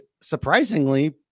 surprisingly